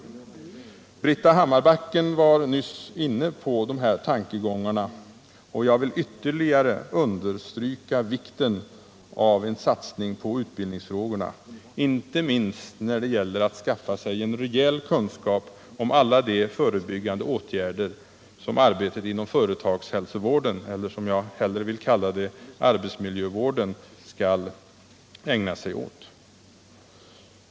Britta Hammarbacken var nyss inne på de här tankegångarna, och jag vill ytterligare understryka vikten av en satsning på utbildningsfrågorna, inte minst när det gäller att skaffa sig rejäla kunskaper om alla de förebyggande åtgärder som företagshälsovården — eller arbetsmiljövården, som jag hellre vill kalla det — skall ägna sig åt.